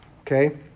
Okay